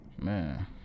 Man